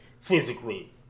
Physically